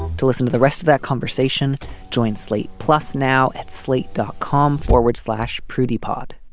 to listen to the rest of that conversation join slate plus now at slate dot com forward slash pretty pod